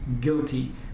guilty